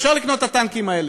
אפשר לקנות את הטנקים האלה,